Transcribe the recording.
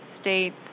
states